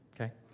okay